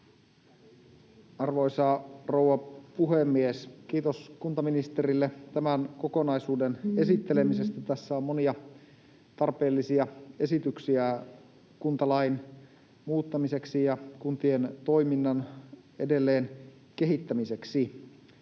Arvoisa rouva puhemies! Kiitos kuntaministerille tämän kokonaisuuden esittelemisestä. Tässä on monia tarpeellisia esityksiä kuntalain muuttamiseksi ja kuntien toiminnan edelleenkehittämiseksi.